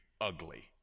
ugly